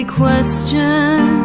Question